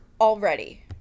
already